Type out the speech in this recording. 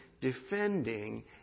defending